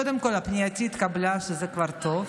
קודם כול, פנייתי התקבלה, שזה כבר טוב,